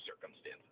circumstances